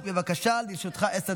ועתה, חבריי חברי הכנסת, הסעיף